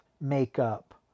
makeup